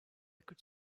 could